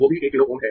वो भी 1 किलो Ω है